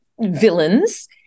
villains